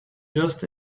just